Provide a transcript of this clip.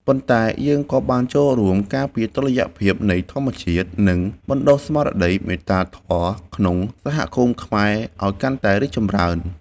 ប៉ុន្តែយើងក៏បានចូលរួមការពារតុល្យភាពនៃធម្មជាតិ និងបណ្តុះស្មារតីមេត្តាធម៌ក្នុងសហគមន៍ខ្មែរឱ្យកាន់តែរីកចម្រើន។